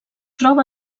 troba